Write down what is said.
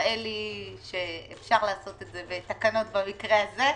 נראה לי שאפשר לעשות את זה בתקנות במקרה הזה.